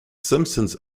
simpsons